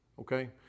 okay